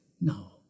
no